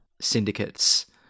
syndicates